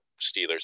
Steelers